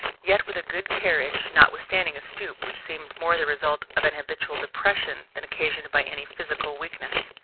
yet with a good carriage notwithstanding a stoop which seemed more the result of an habitual depression than occasioned by any physical weakness.